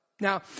Now